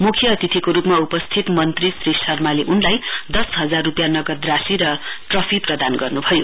मुख्य अतिथिको रूपमा उपस्थित मन्त्री श्री शर्माले उनलाई दस हजार रूपियाँ नगद राशि र ट्रफी प्रदान गर्नुभयो